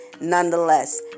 nonetheless